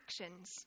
actions